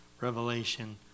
Revelation